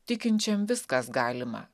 tikinčiam viskas galima